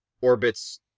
orbits